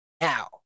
now